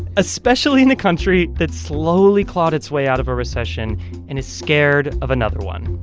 especially in a country that slowly clawed its way out of a recession and is scared of another one.